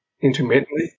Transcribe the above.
intermittently